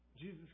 Jesus